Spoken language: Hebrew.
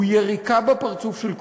הוא יריקה בפרצוף של כולנו.